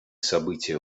события